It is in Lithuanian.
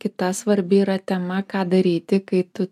kita svarbi yra tema ką daryti kai tu